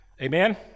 amen